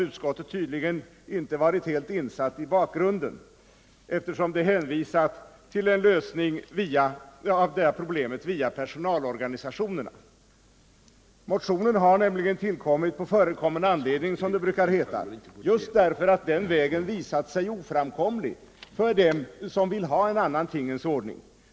Utskottet har tydligen inte varit helt insatt i bakgrunden, eftersom det hänvisat till en lösning av det här problemet via personalorganisationerna. Motionen har nämligen tillkommit på förekommen anledning, som det brukar heta, just därför att vägen via personalorganisationerna visat sig oframkomlig för dem som vill ha en annan tingens ordning.